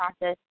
process